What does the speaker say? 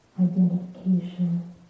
identification